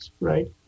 right